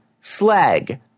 slag